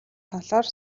талаар